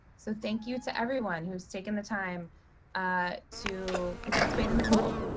so thank you to everyone who's taken the time to participate in the poll.